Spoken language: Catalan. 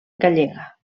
gallega